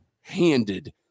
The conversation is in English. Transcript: handed